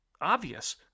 obvious